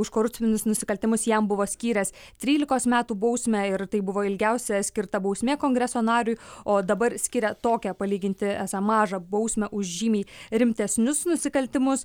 už korupcinius nusikaltimus jam buvo skyręs trylikos metų bausmę ir tai buvo ilgiausia skirta bausmė kongreso nariui o dabar skiria tokią palyginti esą mažą bausmę už žymiai rimtesnius nusikaltimus